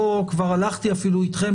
כבר הלכתי אפילו איתכם,